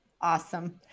Awesome